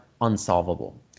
unsolvable